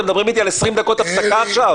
אתם מדברים איתי על 20 דקות הפסקה עכשיו?